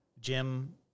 Jim